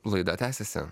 laida tęsiasi